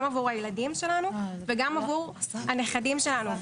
גם עבור הילדים שלנו וגם עבור הנכדים שלנו.